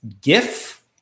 GIF